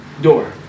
door